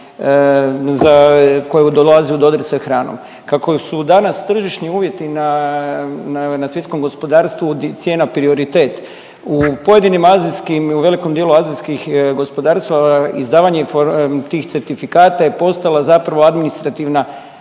koja dolazi u dodir sa hranom. Kako su danas tržišni uvjeti na, na svjetskom gospodarstvu cijena prioritet, u pojedinim azijskim i u velikom dijelu azijskih gospodarstava izdavanje tih certifikata je postala zapravo administrativna